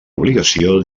obligació